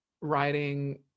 writing